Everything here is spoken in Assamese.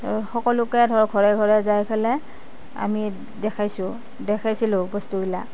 সকলোকে ধৰ ঘৰে ঘৰে যাই পেলাই আমি দেখাইছোঁ দেখাইছিলোঁ বস্তুবিলাক